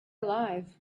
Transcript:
alive